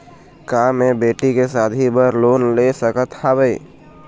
का मैं बेटी के शादी बर लोन ले सकत हावे?